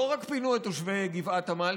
שלא רק פינו את תושבי גבעת עמל,